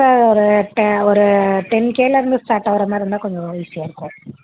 sir ஒரு ten கேலேருந்து start ஆகிற மாதிரி இருந்தால் கொஞ்சம் ஈஸியாக இருக்கும்